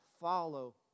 follow